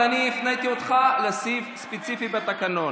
אבל אני הפניתי אותך לסעיף ספציפי בתקנון.